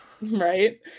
Right